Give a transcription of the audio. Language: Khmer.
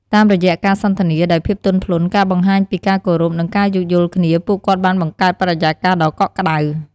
តាមរយៈការសន្ទនាដោយភាពទន់ភ្លន់ ការបង្ហាញពីការគោរព និងការយោគយល់គ្នា ពួកគាត់បានបង្កើតបរិយាកាសដ៏កក់ក្ដៅ។